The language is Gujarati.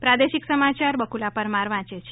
પ્રાદેશિક સમાચાર બકુલા પરમાર વાંચે છે